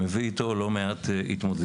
וזה מביא איתו לא מעט התמודדויות.